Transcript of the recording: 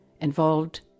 involved